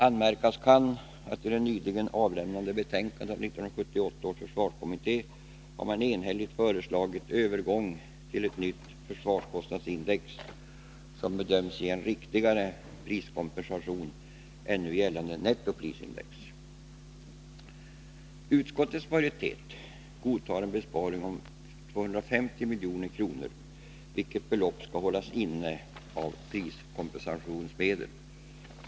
Anmärkas kan att det i det nyligen avlämnade betänkandet från 1978 års försvarskommitté enhälligt föreslogs en övergång till ett nytt försvarskostnadsindex, som bedöms ge riktigare priskompensation än nu gällande nettoprisindex. Utskottets majoritet godtar en besparing om 250 milj.kr., vilket belopp skall hållas inne av priskompensationsmedel.